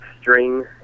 string